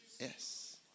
Yes